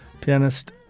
Pianist